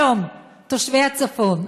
היום תושבי הצפון,